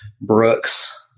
Brooks